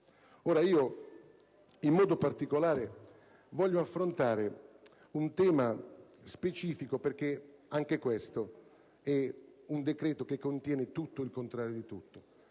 In modo particolare voglio affrontare un tema specifico, perché anche questo è un decreto che contiene tutto e il contrario di tutto,